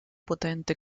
potente